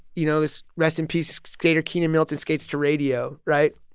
you know, this rest in peace skater keenan milton skates to radio, right?